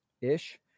ish